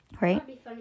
Right